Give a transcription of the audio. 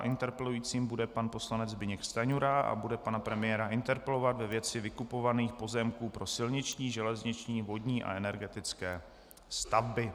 Interpelujícím bude pan poslanec Zbyněk Stanjura a bude pana premiéra interpelovat ve věci vykupovaných pozemků pro silniční, železniční, vodní a energetické stavby.